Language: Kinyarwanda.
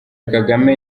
kagame